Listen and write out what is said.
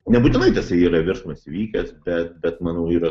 nebūtinai tas yra virsmas įvykęs bet bet manau yra